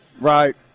Right